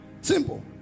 Simple